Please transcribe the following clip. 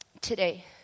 today